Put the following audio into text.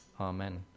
Amen